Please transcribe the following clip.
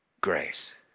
grace